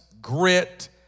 grit